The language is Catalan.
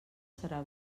serà